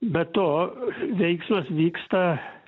be to veiksmas vyksta